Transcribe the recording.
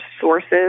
sources